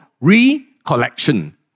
ReCollection